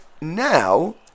now